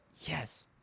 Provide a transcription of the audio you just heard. yes